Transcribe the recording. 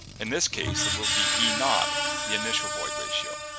in this case it will be e-naught, the initial void ratio.